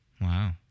wow